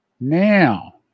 now